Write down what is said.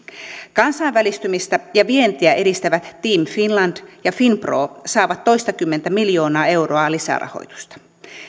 kansainvälistymistä ja vientiä edistävä team finland ja finpro saavat toistakymmentä miljoonaa euroa lisärahoitusta